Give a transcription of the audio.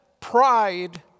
pride